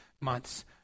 months